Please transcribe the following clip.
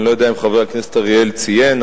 אני לא יודע אם חבר הכנסת אריאל ציין,